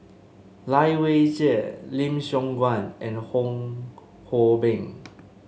Lai Weijie Lim Siong Guan and Fong Hoe Beng